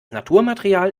naturmaterial